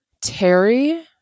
Terry